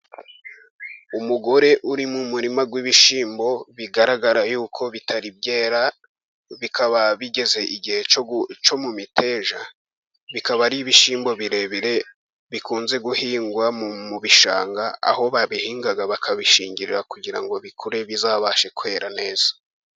Umugore uri mu murima w'ibishyimbo bigaragara yuko bitari byera, bikaba bigeze igihe cyo mu miteja. Bikaba ari ibishyimbo birebire bikunze guhingwa mu bishanga, aho babihinga bakabishingirira kugira ngo bikure bizabashe kwera neza.